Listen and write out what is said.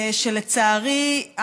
ולצערי,